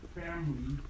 family